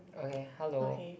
okay hello